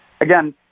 again